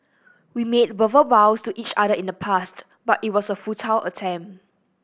we made verbal vows to each other in the past but it was a futile attempt